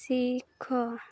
ଶିଖ